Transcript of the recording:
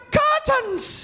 curtains